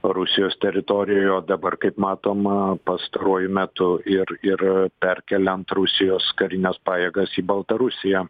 rusijos teritorijoje o dabar kaip matom pastaruoju metu ir ir perkeliant rusijos karines pajėgas į baltarusiją